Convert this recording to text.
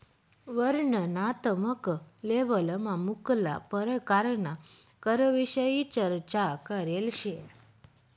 वर्णनात्मक लेबलमा मुक्ला परकारना करविषयी चर्चा करेल शे